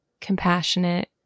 compassionate